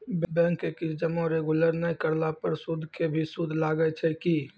Bank के किस्त जमा रेगुलर नै करला पर सुद के भी सुद लागै छै कि?